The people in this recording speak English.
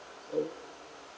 oh